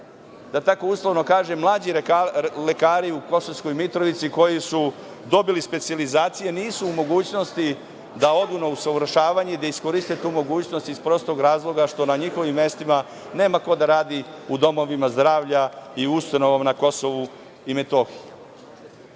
da tako uslovno kažem, mlađi lekari u Kosovskoj Mitrovici, koji su dobili specijalizaciju, nisu u mogućnosti da odu na usavršavanje i da iskoriste tu mogućnost iz prostog razloga što na njihovim mestima nema ko da radi u domovima zdravlja i ustanovama na Kosovu i Metohiji. Takođe,